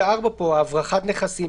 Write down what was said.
ו- (4) פה: הברחת נכסים,